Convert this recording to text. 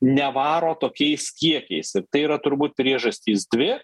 nevaro tokiais kiekiais ir tai yra turbūt priežastys dvi